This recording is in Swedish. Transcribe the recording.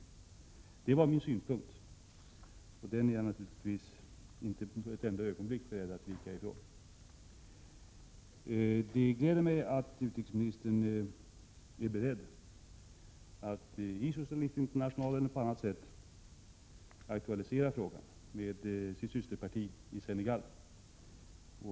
Det var min synpunkt, och den är jag naturligtvis inte ett enda ögonblick beredd att vika ifrån. Det gläder mig att utrikesministern är beredd att i Socialistinternationalen eller på annat sätt aktualisera frågan med socialdemokraternas systerparti i Senegal.